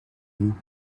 vous